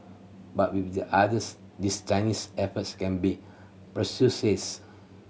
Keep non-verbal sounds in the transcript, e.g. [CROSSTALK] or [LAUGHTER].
but with the others these Chinese efforts can be [UNINTELLIGIBLE]